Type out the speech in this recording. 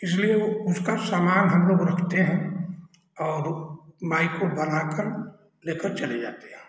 इसलिए वो उसका सामान हम लोग रखते हैं और बाइक को बनाकर लेकर चले जाते हैं